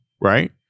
Right